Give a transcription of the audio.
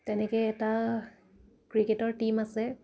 তেনেকে এটা ক্ৰিকেটৰ টীম আছে